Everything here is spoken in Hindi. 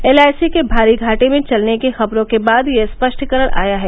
एलआईसी के भारी घाटे में चलने की खबरों के बाद यह स्पष्टीकरण आया है